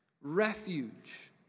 Refuge